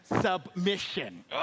Submission